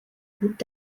gut